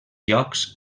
llocs